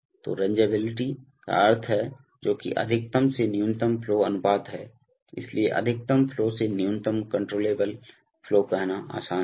तो रंजाबिलिटी का अर्थ है जोकि अधिकतम से न्यूनतम फ्लो अनुपात है इसलिए अधिकतम फ्लो से न्यूनतम कंट्रोलबल फ्लो कहना आसान है